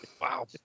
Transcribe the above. Wow